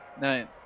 nine